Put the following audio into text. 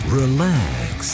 relax